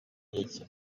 nk’iki